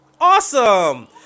Awesome